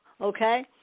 Okay